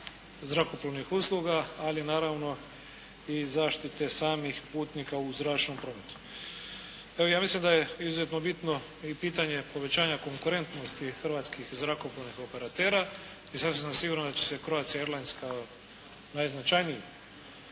zrakoplovnih usluga, ali naravno i zaštite samih putnika u zračnom prometu. Evo, ja mislim da je izuzetno bitno i pitanje povećanja konkurentnosti hrvatskih zrakoplovnih operatera i sasvim sam siguran da će se Croatia airlines kao najznačajniji